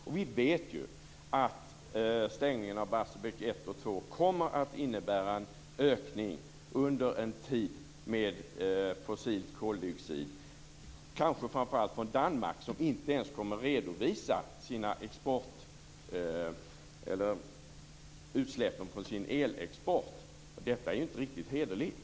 Och vi vet ju att stängningen av Barsebäck 1 och 2 under en tid kommer att innebära en ökning av fossilt koldioxid - kanske framför allt från Danmark, som inte ens kommer att redovisa utsläppen från sin el-export. Detta är inte riktigt hederligt.